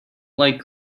like